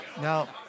Now